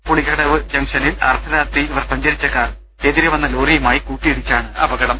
പുളിക്കകടവ് ജംഗ്ഷനിൽ അർദ്ധരാത്രി ഇവർ സഞ്ചരിച്ച കാർ എതിരെ വന്ന ലോറിയുമായി കൂട്ടിയി ടിച്ചാണ് അപകടം